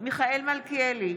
מיכאל מלכיאלי,